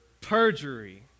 Perjury